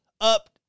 up